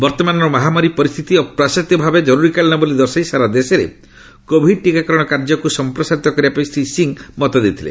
ବର୍ତ୍ତମାନର ମହାମାରୀ ପରିସ୍ଥିତି ଅପ୍ରତ୍ୟାସିତ ଭାବେ ଜରୁରୀକାଳୀନ ବୋଲି ଦର୍ଶାଇ ସାରା ଦେଶରେ କୋଭିଡ୍ ଟିକାକରଣ କାର୍ଯ୍ୟକୁ ସମ୍ପ୍ରସାରିତ କରିବା ପାଇଁ ଶ୍ରୀ ସିଂହ ମତ ଦେଇଥିଲେ